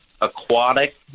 aquatic